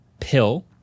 pill